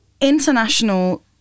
international